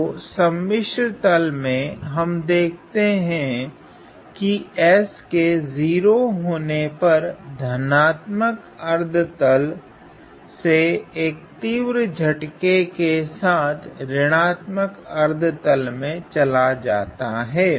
तो सम्मिश्र तल मे हम देखते है की s के 0 होने पर धनात्मक अर्धतल से तीव्र झटके के साथ ऋणात्मक अर्धतल मे चला जाता हैं